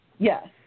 Yes